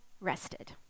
rested